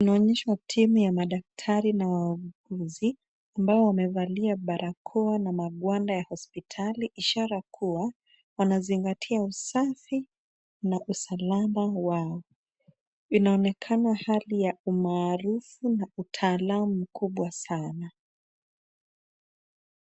Tunaonyeshwa timu ya madaktari na wauguzi ambao wamevalia barakoa na magwanda ya hospitali ishara kuwa wanazingatia usafi na usalama wao. Inaonekana hali ya umaarufu nautaalamu mkubwa sana.